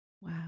Wow